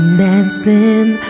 dancing